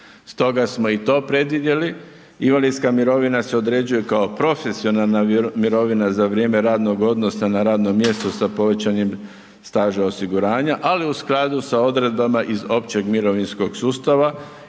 Stoga smo i to predvidjeli, invalidska mirovina se određuje kao profesionalna mirovina za vrijeme radnog odnosa na radnom mjestu sa povećanim staža osiguranja, ali u skladu s odredbama iz Općeg mirovinskog sustava